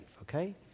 Okay